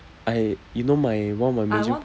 I you know my one of my major